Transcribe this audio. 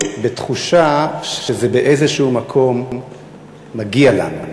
בתחושה שזה באיזה מקום מגיע לנו.